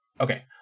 Okay